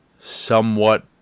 somewhat